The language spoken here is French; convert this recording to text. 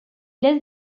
laisse